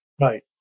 Right